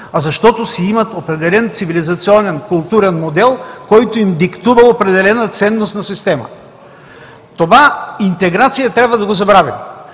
а защото си имат определен цивилизационен, културен модел, който им диктува определена ценностна система. Това „интеграция“ трябва да го забравим,